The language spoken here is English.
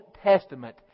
Testament